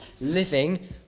living